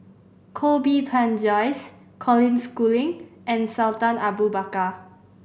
Koh Bee Tuan Joyce Colin Schooling and Sultan Abu Bakar